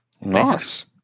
Nice